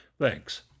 Thanks